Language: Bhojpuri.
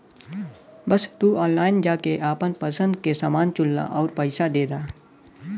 बस तू ऑनलाइन जाके आपन पसंद के समान चुनला आउर पइसा दे दा